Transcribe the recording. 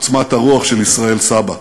עוצמת הרוח של ישראל סבא.